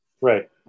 Right